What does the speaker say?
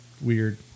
weird